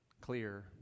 clear